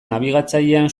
nabigatzailean